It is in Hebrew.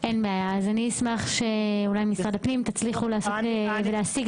אז אני אשמח שאולי משרד הפנים יוכלו להשיג